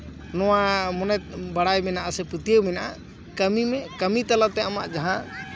ᱱᱚᱣᱟ ᱵᱟᱲᱟᱭ ᱢᱮᱱᱟᱜ ᱟᱥᱮ ᱯᱟᱹᱛᱭᱟᱹᱣ ᱢᱮᱱᱟᱜᱼᱟ ᱠᱟᱹᱢᱤ ᱢᱮ ᱠᱟᱹᱢᱤ ᱛᱟᱞᱟᱛᱮ ᱟᱢᱟᱜ ᱡᱟᱦᱟᱸ